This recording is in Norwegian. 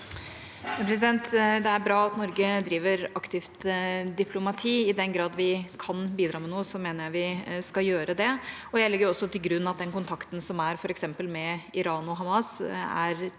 Det er bra at Norge driver aktivt diplomati. I den grad vi kan bidra med noe, mener jeg vi skal gjøre det. Jeg legger også til grunn at den kontakten som er med f.eks. Iran og Hamas, er tydelig